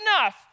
enough